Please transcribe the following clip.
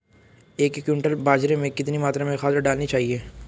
एक क्विंटल बाजरे में कितनी मात्रा में खाद डालनी चाहिए?